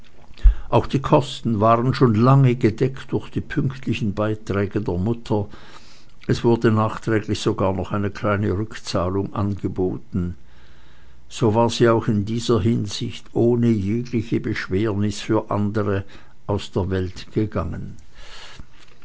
auch die kosten waren schon lange gedeckt durch die pünktlichen beiträge der mutter es wurde nachträglich sogar noch eine kleine rückzahlung angeboten so war sie auch in dieser hinsicht ohne jegliche beschwernis für andere aus der welt gegangen